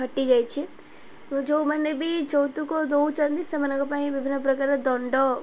ହଟିଯାଇଛି ଯୋଉମାନେ ବି ଯୌତୁକ ଦେଉଛନ୍ତି ସେମାନଙ୍କ ପାଇଁ ବିଭିନ୍ନ ପ୍ରକାର ଦଣ୍ଡ